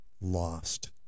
lost